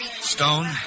Stone